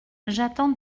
j’attends